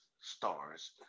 stars